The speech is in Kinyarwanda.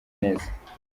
neza